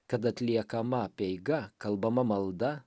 kad atliekama apeiga kalbama malda